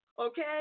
Okay